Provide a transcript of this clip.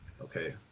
okay